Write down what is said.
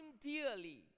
dearly